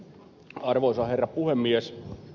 arvoisa herra puhemies